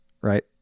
right